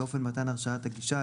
ואופן מתן הרשאת הגישה,